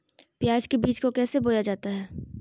प्याज के बीज को कैसे बोया जाता है?